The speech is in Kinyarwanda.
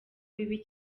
bibi